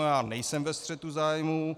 Já nejsem ve střetu zájmů.